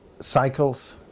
cycles